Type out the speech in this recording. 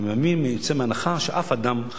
אני מאמין ויוצא מנקודת הנחה שאף אדם,